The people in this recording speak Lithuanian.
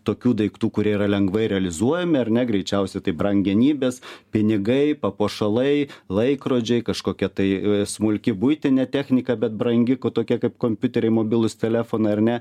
tokių daiktų kurie yra lengvai realizuojami ar ne greičiausiai tai brangenybės pinigai papuošalai laikrodžiai kažkokia tai smulki buitinę techniką bet brangi tokia kaip kompiuteriai mobilūs telefonai ar ne